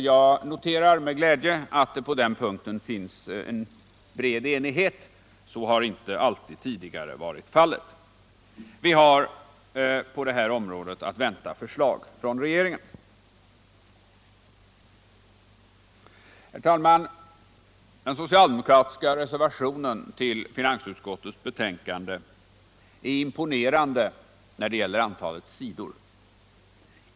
Jag noterar med glädje att det på den punkten nu råder bred enighet — så har inte alltid tidigare varit fallet. Vi har på detta område att vänta förslag från regeringen. Herr talman! Den socialdemokratiska reservationen till finansutskottets betänkande är imponerande vad gäller antalet sidor.